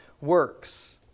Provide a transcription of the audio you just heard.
works